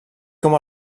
com